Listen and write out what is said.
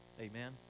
amen